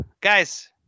guys